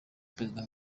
perezida